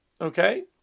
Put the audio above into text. Okay